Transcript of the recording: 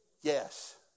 Yes